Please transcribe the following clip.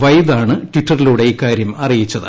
വൈദ് ആണ് ടിറ്ററിലൂടെ ഇക്കാര്യം അറിയിച്ചത്